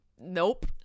nope